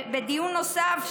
בדיון נוסף,